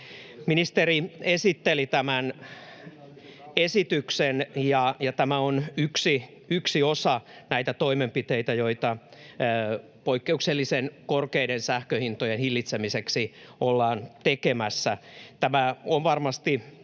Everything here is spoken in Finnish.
Ministeri esitteli tämän esityksen, ja tämä on yksi osa näitä toimenpiteitä, joita ollaan tekemässä poikkeuksellisen korkeiden sähkönhintojen hillitsemiseksi. Tämä on varmasti